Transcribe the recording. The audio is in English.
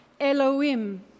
Elohim